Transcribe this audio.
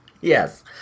Yes